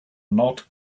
not